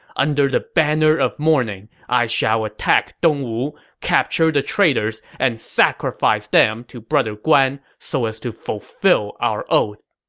under the banner of mourning, i shall attack dongwu, capture the traitors, and sacrifice them to brother guan so as to fulfill our oath!